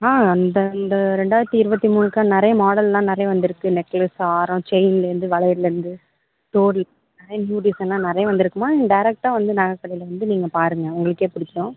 ஆ அந்த அந்த ரெண்டாயிரத்து இருபத்தி மூணுக்கா நிறையா மாடல் எல்லாம் நிறைய வந்துருக்கு நெக்லஸ்ஸு ஆரம் செயின்லேந்து வளையல்லேந்து தோடு நிறைய நியூ டிசைன் எல்லாம் நிறைய வந்துருக்கும்மா நீங்கள் டேரெக்ட்டாக வந்து நகைக்கடைல வந்து நீங்கள் பாருங்கள் உங்களுக்கே பிடிக்கும்